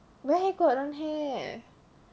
where got don't have